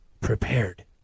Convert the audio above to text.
prepared